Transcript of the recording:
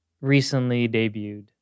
recently-debuted